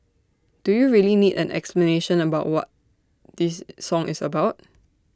do you really need an explanation about what this song is about